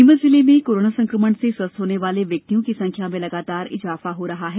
नीमच जिले में कोरोना संक्रमण से स्वस्थ होने वाले व्यक्तियों की संख्या में लगातार इजाफा हो रहा है